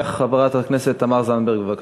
חברת הכנסת תמר זנדברג, בבקשה.